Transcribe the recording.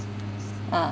ah